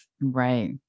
Right